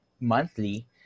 monthly